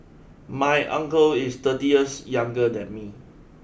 my uncle is thirty years younger than me